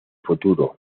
futuro